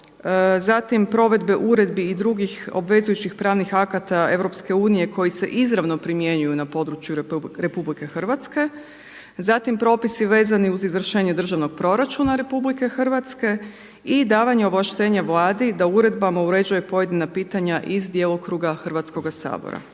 zatim provedbe uredbi i drugih obvezujućih pravnih akata EU koji se izravno primjenjuju na području RH. Zatim propisi vezani uz izvršenje državnog proračuna RH i davanje ovlaštenja Vladi da uredbama uređuje pojedina pitanja iz djelokruga Hrvatskoga sabora.